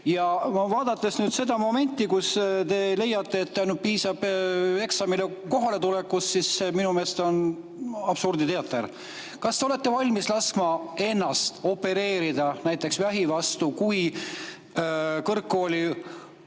tulla. Vaadates seda momenti, et te leiate, et piisab eksamile kohaletulekust – minu meelest on see absurditeater. Kas te olete valmis laskma ennast opereerida näiteks vähi tõttu, kui kõrgkoolis